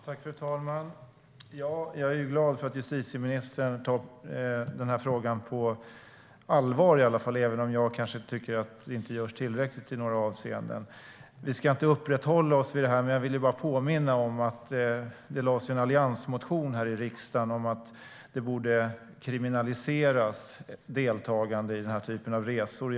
Fru talman! Jag är glad att justitieministern tar frågan på allvar, även om jag tycker att det inte görs tillräckligt i några avseenden. Vi ska inte uppehålla oss vid detta, men jag vill bara påminna om att det väcktes en alliansmotion i riksdagen om att deltagande i den här typen av resor borde kriminaliseras.